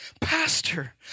Pastor